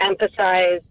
emphasize